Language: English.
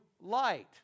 light